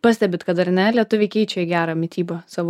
pastebit kad ar ne lietuviai keičia į gerą mitybą savo